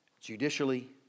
judicially